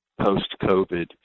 post-COVID